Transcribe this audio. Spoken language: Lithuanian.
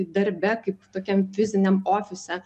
darbe kaip tokiam fiziniam ofise